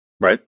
right